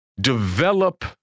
develop